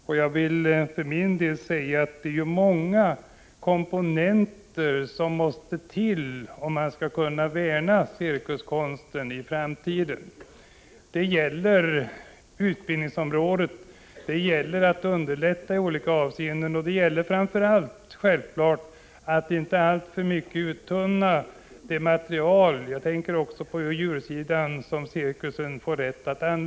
För min del vill jag säga att det är många komponenter som måste till, om man skall kunna värna cirkuskonsten i framtiden. Det gäller t.ex. utbildningsområdet. Vidare gäller det att underlätta i olika avseenden. Framför allt är det naturligtvis viktigt att inte alltför mycket uttunna det material som cirkusen skall få använda. Jag tänker då på djursidan.